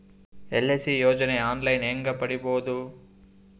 LIC ಯೋಜನೆ online ಹೇಂಗ ಪಡಿಬಹುದು?